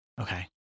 Okay